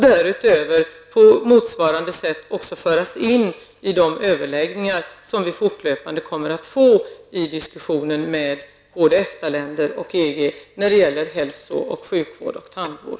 Därutöver kommer de på motsvarande sätt att föras in i de överläggningar som vi fortlöpande kommer att ha i diskussionen med både EFTA länder och EG när det gäller hälso och sjukvård samt tandvård.